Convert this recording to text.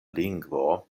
lingvo